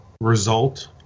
result